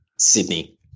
sydney